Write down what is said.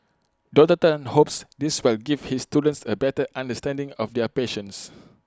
Doctor Tan hopes this will give his students A better understanding of their patients